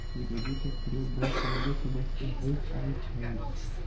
सूजी का प्रयोग बहुत लंबे समय से होइत आयित हई